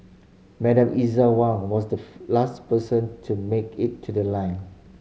Madam Eliza Wong was the last person to make it to the line